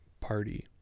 party